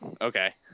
okay